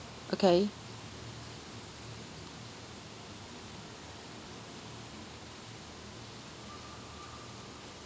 okay